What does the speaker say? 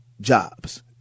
jobs